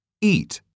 Eat